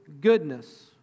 goodness